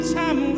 time